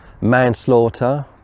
manslaughter